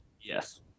Yes